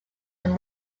and